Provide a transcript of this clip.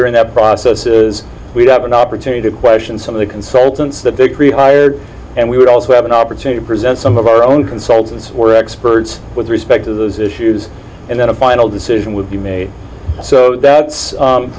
during that process is we'd have an opportunity to question some of the consultants that they create hired and we would also have an opportunity to present some of our own consultants or experts with respect to those issues and then a final decision would be made so that's